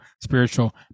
spiritual